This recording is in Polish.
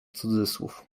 cudzysłów